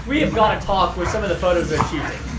we have got to talk for some of the photos they're choosing.